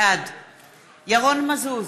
בעד ירון מזוז,